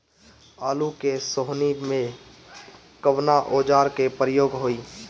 आलू के सोहनी में कवना औजार के प्रयोग होई?